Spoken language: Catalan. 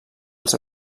els